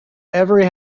every